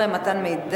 11) (מתן מידע),